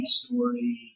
story